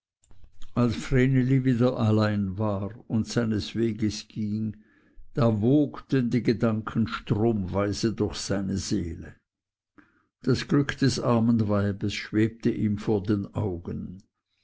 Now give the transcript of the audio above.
als vreneli wieder allein war und seines weges ging da wogten die gedanken stromsweise durch seine seele das glück des armen weibes schwebte ihm vor den augen